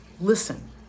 listen